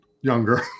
younger